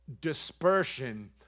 dispersion